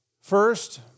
First